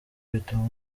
bituma